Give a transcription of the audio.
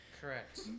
Correct